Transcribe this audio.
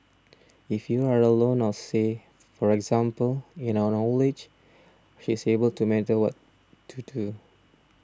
if you are alone or say for example in our old age she's able to monitor what to do